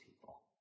people